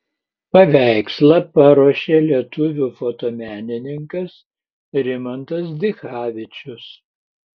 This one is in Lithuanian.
paveikslą paruošė lietuvių fotomenininkas rimantas dichavičius